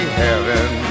heaven